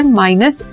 minus